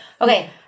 Okay